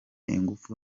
ingufu